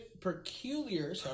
Peculiar